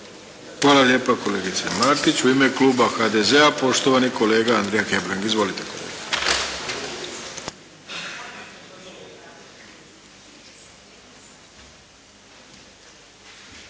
Hvala lijepa kolegice Martić. U ime kluba HDZ-a, poštovani kolega Andrija Hebrang. Izvolite